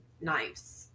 knives